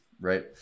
right